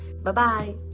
Bye-bye